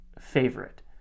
favorite